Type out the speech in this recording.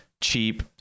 Cheap